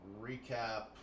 recap